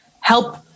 help